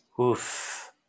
oof